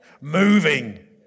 moving